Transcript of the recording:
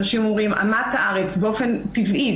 אנשים אומרים "עמת הארץ" באופן טבעי,